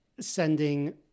Sending